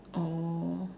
oh